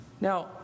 Now